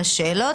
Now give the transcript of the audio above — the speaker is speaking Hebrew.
כל הזמן.